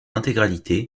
intégralité